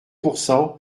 pourcent